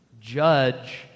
judge